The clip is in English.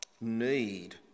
need